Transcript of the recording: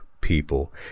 people